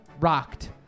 rocked